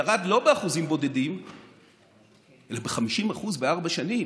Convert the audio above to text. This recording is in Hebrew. הוא ירד לא באחוזים בודדים אלא ב-50% בארבע שנים.